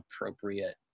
appropriate